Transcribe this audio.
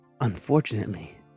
unfortunately